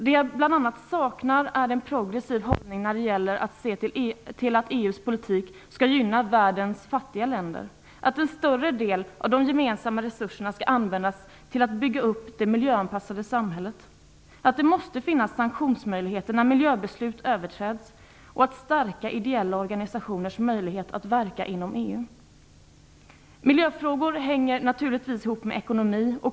Det jag bl.a. saknar är en progressiv hållning när det gäller att se till att EU:s politik skall gynna världens fattiga länder, att en större del av de gemensamma resurserna skall användas till att bygga upp det miljöanpassade samhället, att det måste finnas sanktionsmöjligheter när miljöbeslut överträds och att stärka ideella organisationers möjligheter att verka inom EU. Miljöfrågorna hänger ihop med ekonomi.